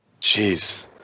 Jeez